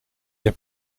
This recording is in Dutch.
heb